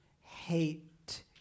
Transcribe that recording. Hate